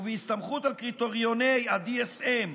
ובהסתמכות על קריטריוני ה-DSM,